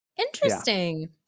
Interesting